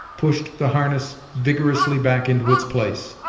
pushed the harness vigorously back into its place.